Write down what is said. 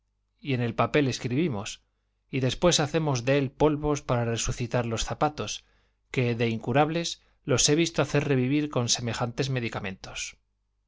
y en el papel escribimos y después hacemos dél polvos para resucitar los zapatos que de incurables los he visto hacer revivir con semejantes medicamentos